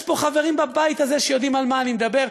יש פה חברים, בבית הזה, שיודעים על מה אני מדבר.